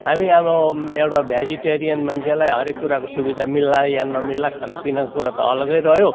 हामी अब एउटा भेजिटेरियन मान्छेलाई हरेक कुराको सुविधा मिल्ला या नमिल्ला खानापिनाको कुरा त अलग्गै रह्यो